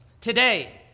today